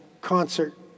concert